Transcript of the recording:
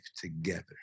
together